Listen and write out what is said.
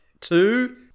two